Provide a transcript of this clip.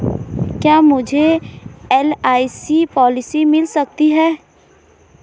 क्या मुझे LIC policy मिल सकती है?